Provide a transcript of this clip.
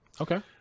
Okay